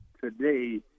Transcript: today